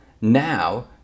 now